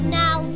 now